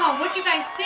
what do you guys